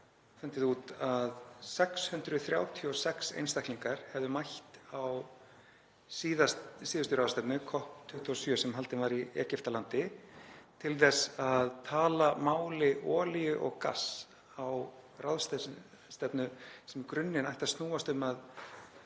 fundið út að 636 einstaklingar hefðu mætt á síðustu ráðstefnu COP27, sem haldin var í Egyptalandi, til þess að tala máli olíu og gass á ráðstefnu sem í grunninn ætti að snúast um að